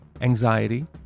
anxiety